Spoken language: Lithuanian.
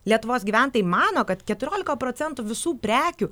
lietuvos gyventojai mano kad keturiolika procentų visų prekių